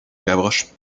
gavroche